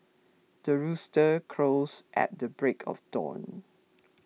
the rooster crows at the break of dawn